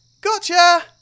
Gotcha